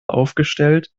aufgestellt